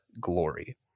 glory